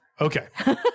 Okay